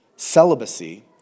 celibacy